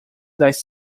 das